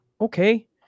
Okay